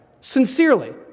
sincerely